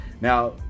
now